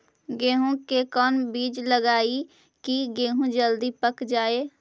गेंहू के कोन बिज लगाई कि गेहूं जल्दी पक जाए?